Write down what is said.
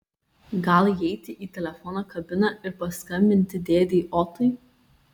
gal įeiti į telefono kabiną ir paskambinti dėdei otui